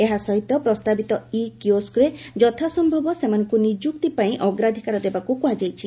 ଏହା ସହିତ ପ୍ରସ୍ତାବିତ ଇ କିଓସ୍କରେ ଯଥାସମ୍ମବ ସେମାନଙ୍କୁ ନିଯୁକ୍ତି ପାଇଁ ଅଗ୍ରାଧିକାର ଦେବାକୁ କୁହାଯାଇଛି